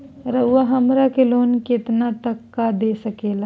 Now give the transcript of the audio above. रउरा हमरा के लोन कितना तक का दे सकेला?